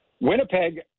Winnipeg